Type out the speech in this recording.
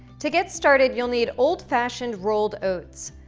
to get started you'll need old fashioned rolled oats.